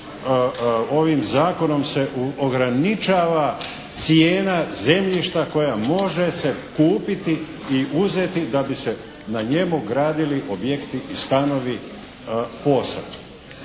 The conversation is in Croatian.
Ovim zakonom se ograničava cijena zemljišta koja može se kupiti i uzeti da bi se na njemu gradili objekti i stanovi POS-a.